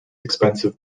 expensive